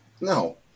No